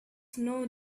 know